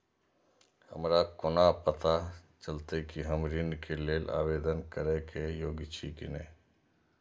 हमरा कोना पताा चलते कि हम ऋण के लेल आवेदन करे के योग्य छी की ने?